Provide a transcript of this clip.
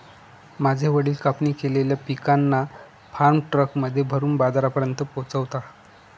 माझे वडील कापणी केलेल्या पिकांना फार्म ट्रक मध्ये भरून बाजारापर्यंत पोहोचवता